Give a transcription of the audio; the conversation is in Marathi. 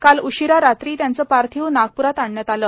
काल उशिरा रात्री त्यांचं पार्थिव नागपूरात आणण्यात आलं